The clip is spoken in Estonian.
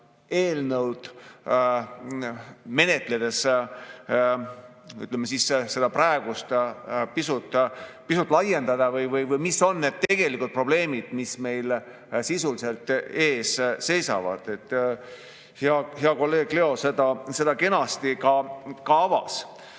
eelnõu menetledes seda praegust pisut-pisut laiendada või mis on need tegelikud probleemid, mis meil sisuliselt ees seisavad. Hea kolleeg Leo seda kenasti ka